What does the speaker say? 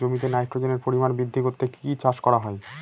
জমিতে নাইট্রোজেনের পরিমাণ বৃদ্ধি করতে কি চাষ করা হয়?